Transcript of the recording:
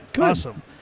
Awesome